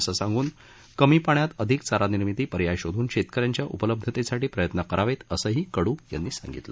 असं सांगून कमी पाण्यात अधिक चारा निर्मिती पर्याय शोधून शेतकऱ्याच्या उपलब्धतेसाठी प्रयत्न करावेत असंही कडू यांनी सांगितलं